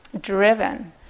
driven